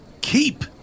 keep